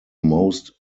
most